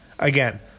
Again